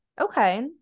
Okay